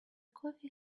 coffee